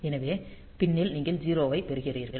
எனவே பின் னில் நீங்கள் 0 ஐப் பெறுகிறீர்கள்